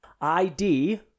ID